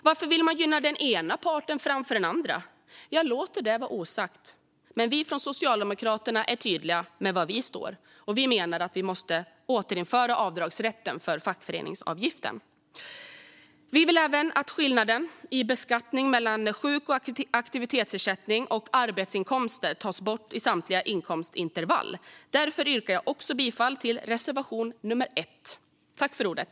Varför vill man gynna den ena parten framför den andra? Jag låter det vara osagt, men vi från Socialdemokraterna är tydliga med var vi står: Avdragsrätten för fackföreningsavgiften måste återinföras. Vi vill även att skillnaden i beskattning mellan sjuk och aktivitetsersättning och arbetsinkomst tas bort i samtliga inkomstintervall. Därför yrkar jag också bifall till reservation nummer 1.